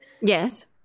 Yes